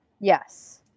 Yes